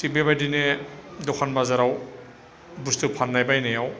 थिग बेबायदिनो दखान बाजाराव बुस्थु फाननाय बायनायाव